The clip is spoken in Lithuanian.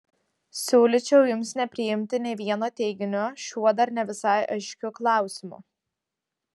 siūlyčiau jums nepriimti nė vieno teiginio šiuo dar ne visai aiškiu klausimu